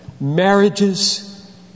marriages